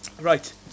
Right